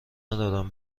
ندارم